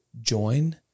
join